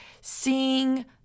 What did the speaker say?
seeing